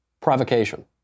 Provocation